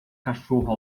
cachorro